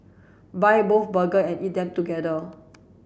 buy both burger and eat them together